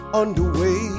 underway